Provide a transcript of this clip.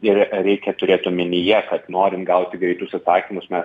ir reikia turėt omenyje kad norint gauti greitus atsakymus mes